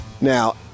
Now